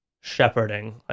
shepherding